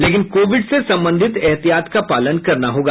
लेकिन कोविड से संबंधित एहतियात का पालन करना होगा